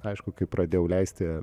aišku kai pradėjau leisti